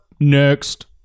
next